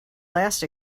last